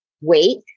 wait